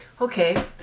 Okay